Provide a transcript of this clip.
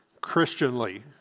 Christianly